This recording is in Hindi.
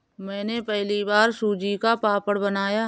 मैंने पहली बार सूजी का पापड़ बनाया